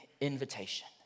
invitation